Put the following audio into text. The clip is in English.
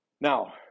Now